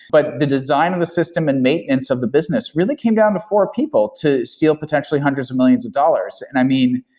but the design of the system and maintenance of the business really came down to four people to steal potentially hundreds of millions of dollars. and i mean,